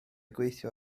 gweithio